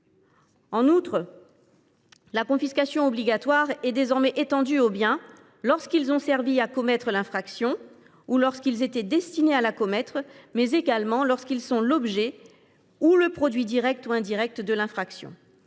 En outre, la confiscation obligatoire est étendue non seulement aux biens qui ont servi à commettre l’infraction ou qui étaient destinés à la commettre, mais également aux biens qui sont l’objet ou le produit direct ou indirect de l’infraction.